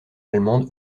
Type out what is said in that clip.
allemande